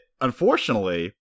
unfortunately